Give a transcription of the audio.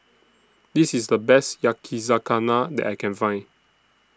This IS The Best Yakizakana that I Can Find